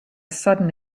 sudden